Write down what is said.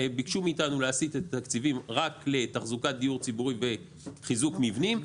ביקשו מאיתנו להסיט את התקציבים רק לתחזוקת דיור ציבורי וחיזוק מבנים.